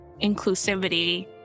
inclusivity